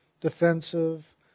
defensive